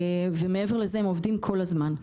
מעבר לזה הם עובדים כל הזמן.